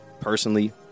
personally